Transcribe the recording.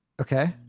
Okay